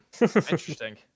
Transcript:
Interesting